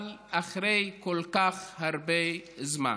אבל אחרי כל כך הרבה זמן.